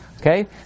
Okay